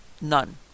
none